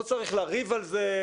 לא צריך לריב על זה,